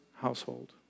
household